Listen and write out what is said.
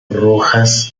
rojas